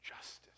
justice